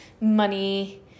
money